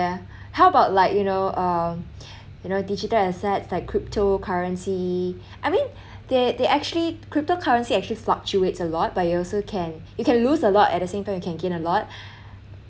yeah how about like you know uh you know digital assets like cryptocurrency I mean they they actually cryptocurrency actually fluctuates a lot but you also can you can lose a lot at the same time you can gain a lot